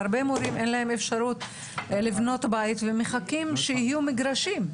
להרבה מורים אין אפשרות לבנות בית ומחכים שיהיו מגרשים,